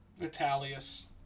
Vitalius